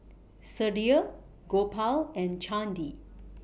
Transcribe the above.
Sudhir Gopal and Chandi